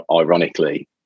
ironically